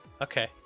okay